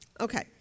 Okay